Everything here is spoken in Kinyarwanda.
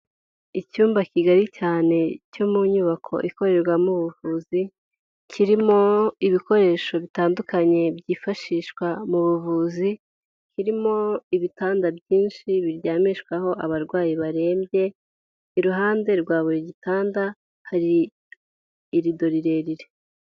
Icyumba kigari cyane cyo mu nyubako ikorerwamo ubuvuzi kirimo ibikoresho bitandukanye byifashishwa mu buvuzi, harimo ibitanda byinshi biryamishwaho abarwayi barembye, iruhande rwa buri gitanda hari irido rirerire.